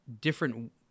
different